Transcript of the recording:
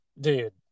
dude